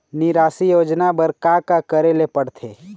निराश्री योजना बर का का करे ले पड़ते?